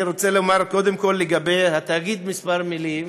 אני רוצה לומר קודם כול לגבי התאגיד כמה מילים,